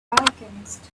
alchemist